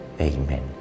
amen